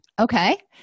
Okay